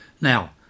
Now